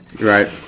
Right